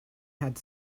had